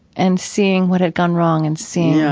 and seeing what had gone wrong and seeing, yeah